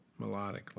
melodically